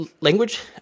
language